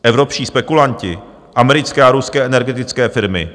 Evropští spekulanti, americké a ruské energetické firmy.